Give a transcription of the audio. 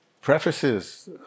prefaces